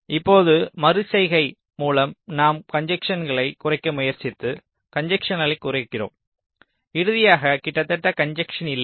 இப்போது மறு செய்கை மூலம் நாம் கன்ஜஸ்ஸென்களைக் குறைக்க முயற்சித்து கன்ஜஸ்ஸென்னைக் குறைக்கிறோம் இறுதியாக கிட்டத்தட்ட கன்ஜஸ்ஸென் இல்லை